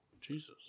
Jesus